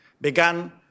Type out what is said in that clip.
began